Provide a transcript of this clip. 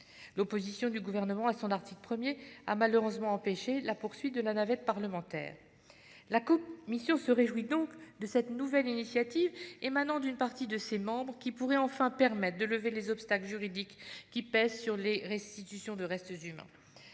L'opposition du Gouvernement à son article 1 a malheureusement empêché la poursuite de la navette parlementaire. La commission se réjouit donc de cette nouvelle initiative, émanant d'une partie de ses membres, qui pourrait enfin permettre de lever les obstacles juridiques qui pèsent sur les restitutions de restes humains.